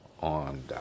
on